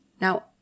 Now